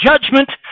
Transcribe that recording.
judgment